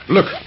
Look